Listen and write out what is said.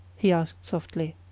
he asked softly.